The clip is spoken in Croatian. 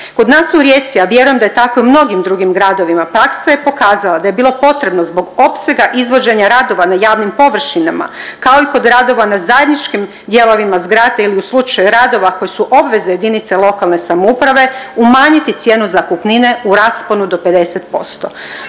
Kod nas u Rijeci, a vjerujem da je tako i u mnogim drugim gradovima, praksa je pokazala da je bilo potrebno zbog opsega izvođenja radova na javnim površinama, kao i kod radova na zajedničkim dijelovima zgrade ili u slučaju radova koji su obveza JLS umanjiti cijenu zakupnine u rasponu do 50%.